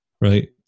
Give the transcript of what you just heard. right